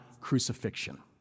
crucifixion